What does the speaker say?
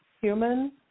human